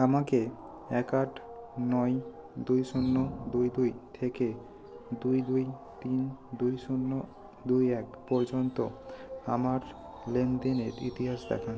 আমাকে এক আট নয় দুই শূন্য দুই দুই থেকে দুই দুই তিন দুই শূন্য দুই এক পর্যন্ত আমার লেনদেনের ইতিহাস দেখান